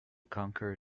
conquer